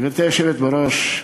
גברתי היושבת בראש,